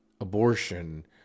abortion